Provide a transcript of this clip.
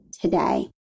today